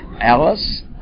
Alice